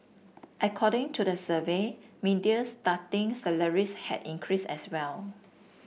according to the survey median starting salaries had increased as well